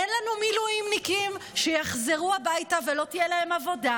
אין לנו מילואימניקים שיחזרו הביתה ולא תהיה להם עבודה,